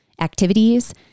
activities